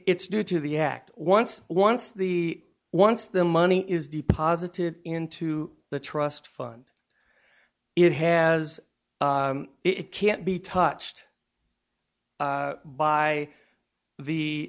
it's due to the act once once the once the money is deposited into the trust fund it has it can't be touched by the